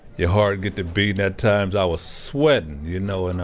your heart get to beating at times. i was sweating you know, and um,